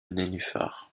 nénuphars